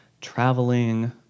traveling